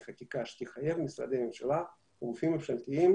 חקיקה שתחייב את משרדי הממשלה וגופים ממשלתיים,